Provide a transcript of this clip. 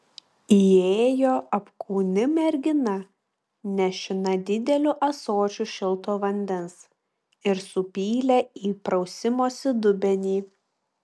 įėjo apkūni mergina nešina dideliu ąsočiu šilto vandens ir supylė į prausimosi dubenį